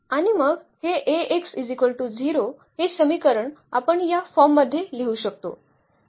आणि मग हे Ax0 हे समीकरण आपण या फॉर्म मध्ये लिहू शकतो